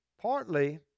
partly